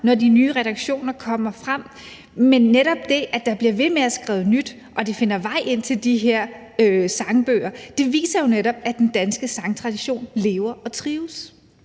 når de nye redaktioner kommer frem. Men netop det, at der bliver ved med at blive skrevet nye sange, og at de finder vej ind til de her sangbøger, viser jo også, at den danske sangtradition lever og trives.